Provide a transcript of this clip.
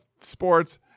sports